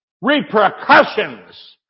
repercussions